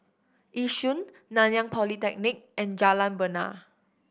Yishun Nanyang Polytechnic and Jalan Bena